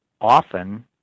often